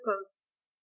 posts